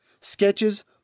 sketches